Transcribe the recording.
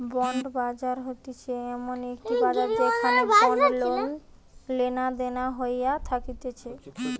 bond বাজার হতিছে এমন একটি বাজার যেখানে বন্ড লেনাদেনা হইয়া থাকতিছে